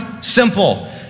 Simple